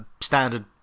standard